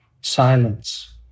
silence